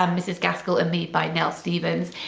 um mrs gaskell and me by nell stevens.